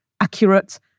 accurate